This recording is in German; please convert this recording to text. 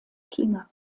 klinger